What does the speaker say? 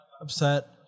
upset